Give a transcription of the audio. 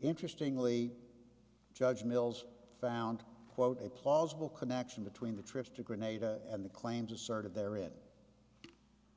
interestingly judge mills found quote a plausible connection between the trips to grenada and the claims asserted there in